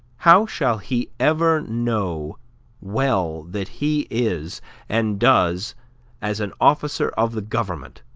how shall he ever know well that he is and does as an officer of the government,